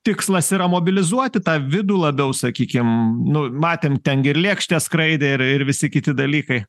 tikslas yra mobilizuoti tą vidų labiau sakykim nu matėm ten gi ir lėkštės skraidė ir ir visi kiti dalykai